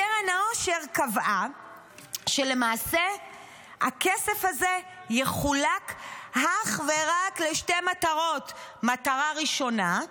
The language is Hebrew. קרן העושר קבעה שלמעשה הכסף הזה יחולק אך ורק לשתי מטרות: מטרה ראשונה,